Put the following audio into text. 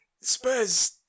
Spurs